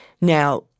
Now